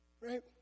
Right